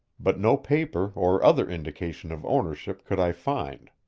but no paper or other indication of ownership could i find.